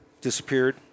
disappeared